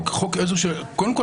יקיריי,